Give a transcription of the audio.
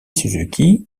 suzuki